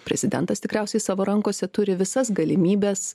prezidentas tikriausiai savo rankose turi visas galimybes